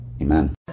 amen